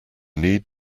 need